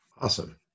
Awesome